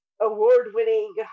award-winning